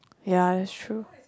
ya that's true